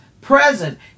present